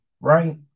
right